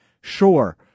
Sure